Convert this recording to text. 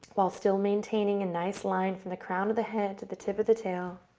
while still maintaining a nice line from the crown of the head to the tip of the tail.